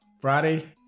Friday